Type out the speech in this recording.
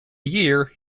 year